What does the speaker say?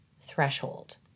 threshold